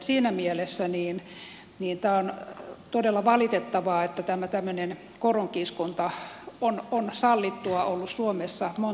siinä mielessä tämä on todella valitettavaa että tämä tämmöinen koronkiskonta on sallittua ollut suomessa monta vuotta